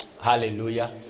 Hallelujah